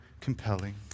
compelling